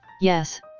Yes